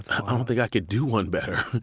ah i don't think i could do one better